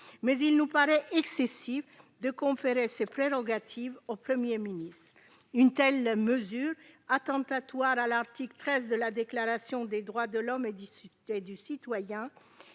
Mais il nous paraît excessif de conférer ces prérogatives au Premier ministre. Une telle mesure, attentatoire à l'article XIII de la Déclaration des droits de l'homme et du citoyen